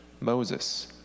Moses